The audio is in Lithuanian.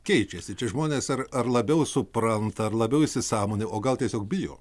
keičiasi čia žmonės ar ar labiau supranta ar labiau įsisąmonina o gal tiesiog bijo